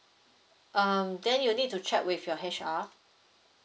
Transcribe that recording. um then you need to check with your H_R